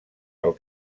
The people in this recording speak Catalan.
pel